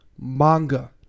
manga